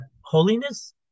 holiness